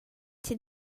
tgei